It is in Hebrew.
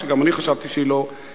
שגם אני חשבתי שהיא לא הגיונית.